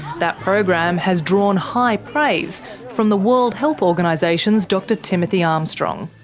that program has drawn high praise from the world health organisation's dr timothy armstrong.